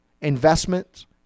Investments